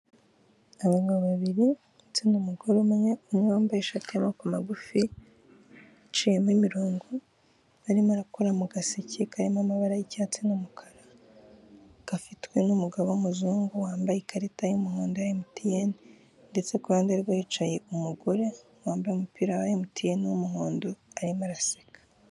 Abagabo babiri ndetse n'umugore umwe, umwe wambaye ishati y'amaboko magufi iciyemo imirongo, arimo arakora mu gaseke karimo amabara y'icyatsi n'umukara gafitwe n'umugabo w'umuzungu wambaye ikarita y'umuhondo ya emutiyeni ndetse iruhande rwe hicaye umugore wambaye umupira wa emutiyeni w'umuhondo arimo araseka.